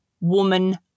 Woman